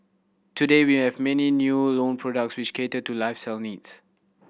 today we have many new loan products which cater to lifestyle needs